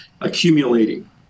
accumulating